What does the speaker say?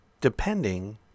depending